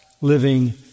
living